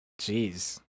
Jeez